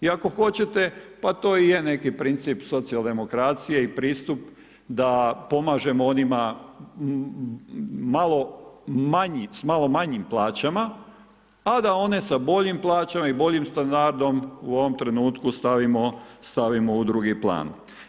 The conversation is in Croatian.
I ako hoćete pa to i je neki princip socijaldemokracije i pristup da pomažemo onima s malo manjim plaćama, a da one sa boljim plaćama i boljim standardom u ovom trenutku stavimo u drugi plan.